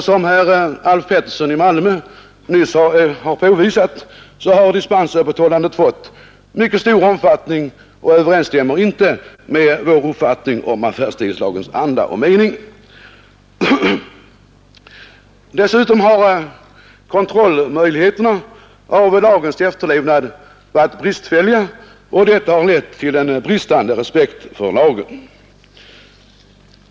Som herr Alf Pettersson i Malmö tidigare under debatten påvisat har dispensöppethållande fått mycket stor omfattning och överensstämmer inte med vår uppfattning om affärstidslagens anda och mening. Dessutom har kontrollmöjligheterna av lagens efterlevnad varit bristfälliga och detta har lett till en bristande respekt för lagen.